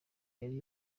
yari